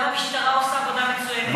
גם המשטרה עושה עבודה מצוינת.